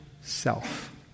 self